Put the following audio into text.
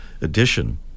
edition